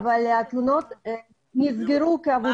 אבל התלונות נסגרו כעבור כמה דקות.